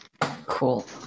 cool